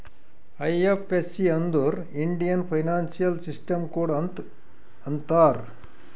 IFSC ಅಂದುರ್ Indian financial system code ಅಂತ್ ಅಂತಾರ್